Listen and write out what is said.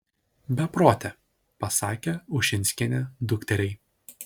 beprote pasakė ušinskienė dukteriai